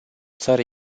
țară